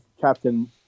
captain